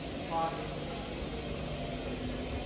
fodder for for questions,